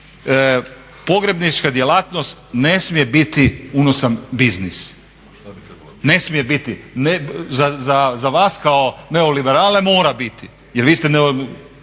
pogrebnička djelatnost ne smije biti unosan biznis, ne smije biti. Za vas kao neoliberale mora biti, jer vi ste, kolega mi